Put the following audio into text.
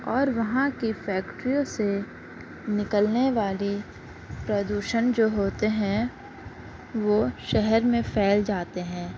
اور وہاں کی فیکٹریوں سے نکلنے والی پردوشن جو ہوتے ہیں وہ شہر میں پھیل جاتے ہیں